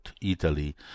Italy